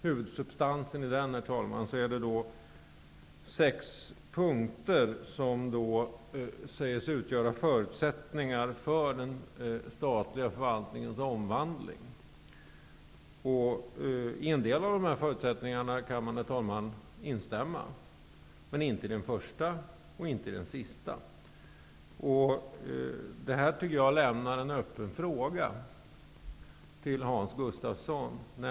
Huvudsubstansen i reservationen utgörs av sex punkter som sägs utgöra förutsättningar för den statliga förvaltningens omvandling. Man kan instämma i en del av förutsättningarna, men inte i den första och inte i den sista. Det här lämnar en öppen fråga till Hans Gustafsson.